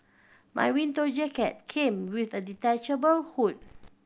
my winter jacket came with a detachable hood